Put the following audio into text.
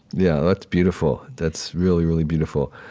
yeah, that's beautiful. that's really, really beautiful,